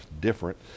different